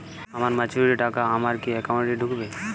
আমার ম্যাচুরিটির টাকা আমার কি অ্যাকাউন্ট এই ঢুকবে?